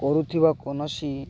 କରୁଥିବା କୌଣସି